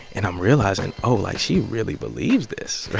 and i'm realizing, oh, like, she really believes this, right?